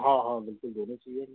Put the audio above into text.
हाँ हाँ बिल्कुल दोनों चाहिए हमें